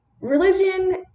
religion